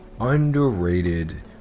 underrated